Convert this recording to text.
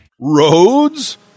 Roads